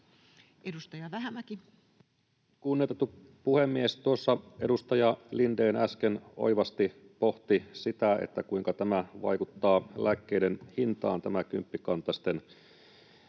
Edustaja Vähämäki. Kunnioitettu puhemies! Tuossa edustaja Lindén äsken oivasti pohti sitä, kuinka lääkkeiden hintaan vaikuttaa tämä kymppikantaisten